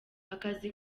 akazi